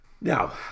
Now